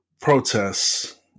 protests